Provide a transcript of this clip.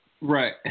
Right